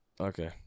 Okay